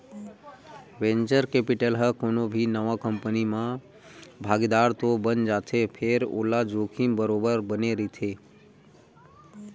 venture capital ह कोनो भी नवा कंपनी म भागीदार तो बन जाथे फेर ओला जोखिम बरोबर बने रहिथे